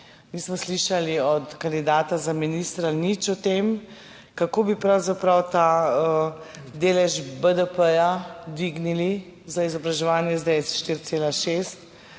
nismo slišali od kandidata za ministra nič o tem, kako bi pravzaprav ta delež BDP dvignili za izobraževanje. Zdaj je 4,6